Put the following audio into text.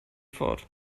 fort